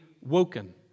woken